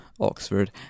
Oxford